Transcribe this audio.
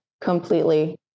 completely